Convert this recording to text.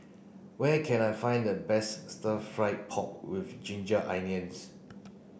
where can I find the best stir fry pork with ginger onions